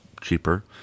cheaper